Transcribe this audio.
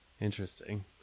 interesting